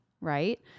right